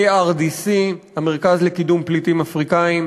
ARDC, המרכז לקידום פליטים אפריקאים,